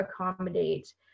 accommodate